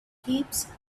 heaps